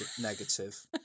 negative